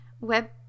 web